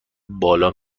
بالا